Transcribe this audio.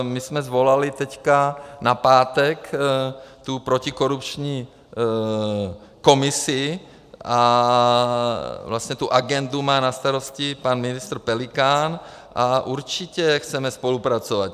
My jsme svolali teď na pátek protikorupční komisi, tu agendu má na starosti pan ministr Pelikán, a určitě chceme spolupracovat.